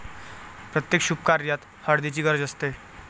प्रत्येक शुभकार्यात हळदीची गरज असते